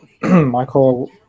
Michael